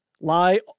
Lie